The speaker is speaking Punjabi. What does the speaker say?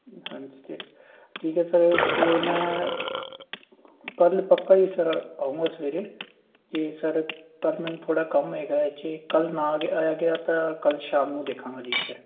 ਹਾਂਜੀ ਅਤੇ ਠੀਕ ਹੈ ਸਰ ਅਤੇ ਮੈਂ ਕੱਲ੍ਹ ਪੱਕਾ ਹੀ ਫਿਰ ਆਉਂਗਾ ਸਵੇਰੇ ਅਤੇ ਸਰ ਕੱਲ੍ਹ ਮੈਨੂੰ ਥੋੜ੍ਹਾ ਕੰਮ ਹੈਗਾ ਜੇ ਕੱਲ੍ਹ ਨਾ ਆਇਆ ਗਿਆ ਤਾਂ ਕੱਲ੍ਹ ਸ਼ਾਮ ਨੂੰ ਦੇਖਾਂਗਾ ਜੀ ਫਿਰ